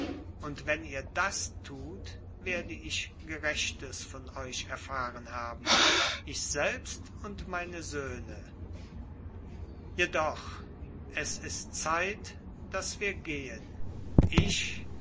und wenn ihr das tut werde ich gerechtes von euch erfahren haben ich selbst und meine söhne jedoch es ist zeit daß wir gehen ich